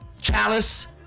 Chalice